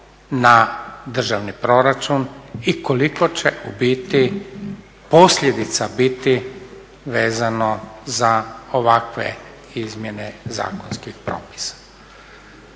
na državni proračun i koliko će u biti posljedica biti vezano za ovakve izmjene zakonskih propisa.